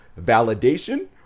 validation